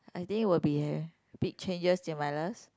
I think will be big changes in my last